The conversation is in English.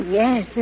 yes